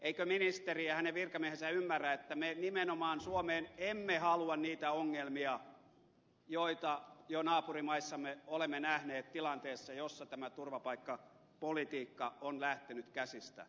eivätkö ministeri ja hänen virkamiehensä ymmärrä että me nimenomaan suomeen emme halua niitä ongelmia joita jo naapurimaissamme olemme nähneet tilanteessa jossa tämä turvapaikkapolitiikka on lähtenyt käsistä